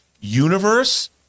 Universe